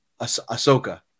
Ahsoka